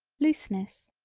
looseness,